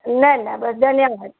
न न धन्यवाद